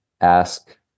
ask